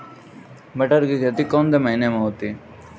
मटर की खेती कौन से महीने में होती है?